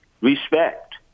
Respect